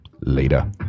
Later